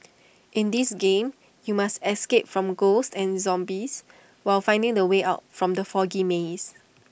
in this game you must escape from ghosts and zombies while finding the way out from the foggy maze